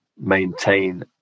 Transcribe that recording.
maintain